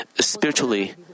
spiritually